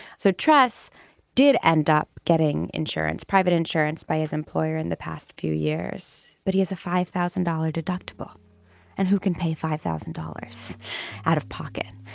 so trusts did end up getting insurance private insurance by his employer in the past few years. but he has a five thousand dollar deductible and who can pay five thousand dollars out of pocket.